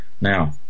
Now